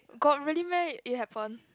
got really meh it happen